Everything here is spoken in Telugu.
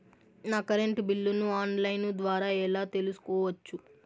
నా కరెంటు బిల్లులను ఆన్ లైను ద్వారా ఎలా తెలుసుకోవచ్చు?